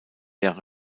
jahre